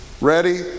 Ready